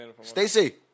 Stacy